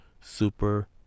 Super